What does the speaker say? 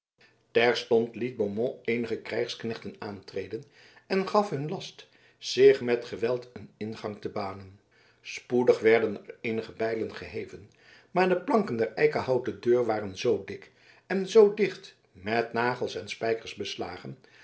terstond liet beaumont eenige krijgsknechten aantreden en gaf hun last zich met geweld een ingang te banen spoedig werden er eenige bijlen geheven maar de planken der eikehouten deur waren zoo dik en zoo dicht met nagels en spijkers beslagen